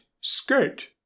skirt